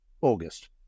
August